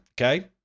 Okay